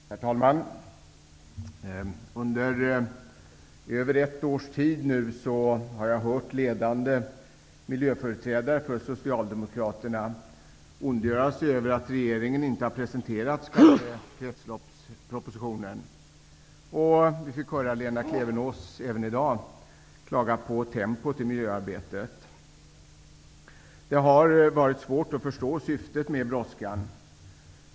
Herr talman! Under mer än ett års tid har jag hört ledande miljöföreträdare för Socialdemokraterna ondgöra sig över att regeringen inte har presenterat kretsloppspropositionen. Vi fick höra Lena Klevenås även i dag klaga på tempot i miljöarbetet. Det har varit svårt att förstå syftet med brådskan.